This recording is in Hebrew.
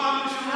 זו פעם ראשונה,